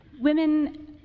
Women